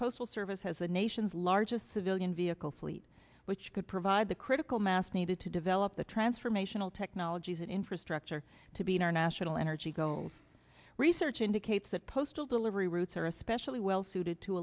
postal service has the nation's largest civilian vehicle fleet which could provide the critical mass needed to develop the transformational technologies and infrastructure to be international energy goals research indicates that postal delivery routes are especially well suited to